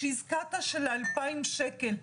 שהזכרת של 2,000 שקל.